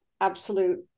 absolute